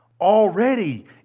already